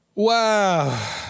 Wow